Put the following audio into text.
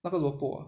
萝卜